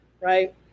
right